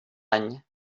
any